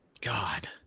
God